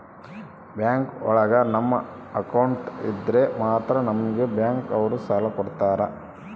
bank ಒಳಗ ನಮ್ account ಇದ್ರೆ ಮಾತ್ರ ನಮ್ಗೆ ಬ್ಯಾಂಕ್ ಅವ್ರು ಸಾಲ ಕೊಡ್ತಾರ